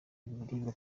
ibiribwa